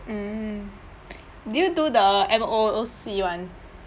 mm did you do the M_O_O_C one